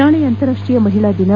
ನಾಳೆ ಅಂತಾರಾಷ್ಟೀಯ ಮಹಿಳಾ ದಿನ